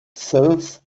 serves